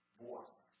voice